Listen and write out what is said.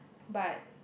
but